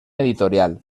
editorial